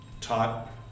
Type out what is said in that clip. Taught